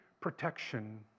protection